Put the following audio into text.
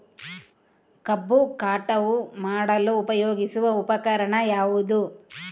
ಕಬ್ಬು ಕಟಾವು ಮಾಡಲು ಉಪಯೋಗಿಸುವ ಉಪಕರಣ ಯಾವುದು?